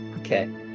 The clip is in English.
Okay